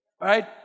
right